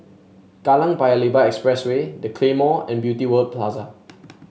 Kallang Paya Lebar Expressway The Claymore and Beauty World Plaza